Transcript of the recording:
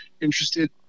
interested